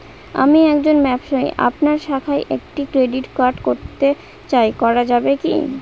আমি একজন ব্যবসায়ী আপনার শাখায় একটি ক্রেডিট কার্ড করতে চাই করা যাবে কি?